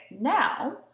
now